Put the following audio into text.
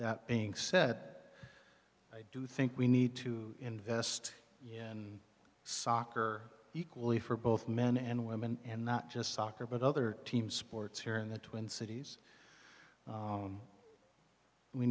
that being said i do think we need to invest in soccer equally for both men and women and not just soccer but other team sports here in the twin cities